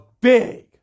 big